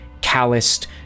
calloused